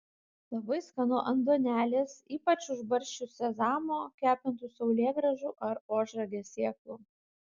labai skanu ant duonelės ypač užbarsčius sezamo kepintų saulėgrąžų ar ožragės sėklų